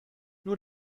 nur